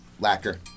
lacquer